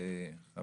לדבר עליהן.